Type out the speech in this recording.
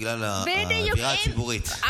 בגלל האווירה הציבורית.